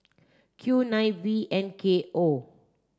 Q nine V N K O